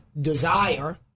desire